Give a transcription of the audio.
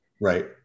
Right